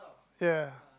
ya